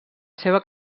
seva